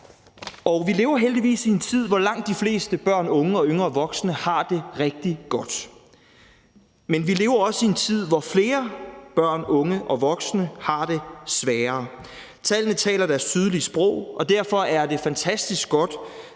Vi lever heldigvis i en tid, hvor langt de fleste børn, unge og yngre voksne har det rigtig godt, men vi lever også i en tid, hvor flere børn, unge og yngre voksne har det sværere. Tallene taler deres tydelige sprog, og derfor er det fantastisk godt,